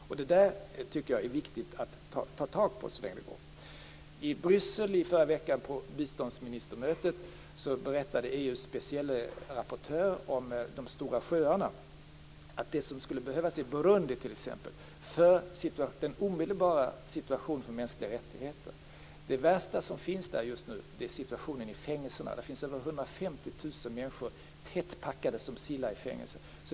Det tycker jag är viktigt att ta fasta på. I Bryssel i förra veckan på biståndsministermötet berättade EU:s specielle rapportör om de stora sjöarna och det som t.ex. skulle behövas i Burundi för den omedelbara situationen för mänskliga rättigheter. Det värsta som finns där just nu är situationen i fängelserna. Det finns 150 000 människor tätt packade som sillar i fängelser.